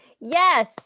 Yes